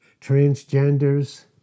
transgenders